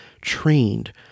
trained